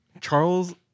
Charles